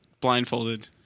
blindfolded